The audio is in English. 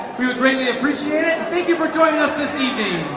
we would really appreciate it. thank you for joining us this evening